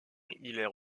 hilaire